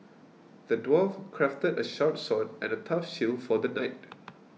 the dwarf crafted a sharp sword and a tough shield for the knight